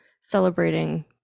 celebrating